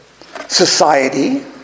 society